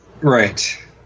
Right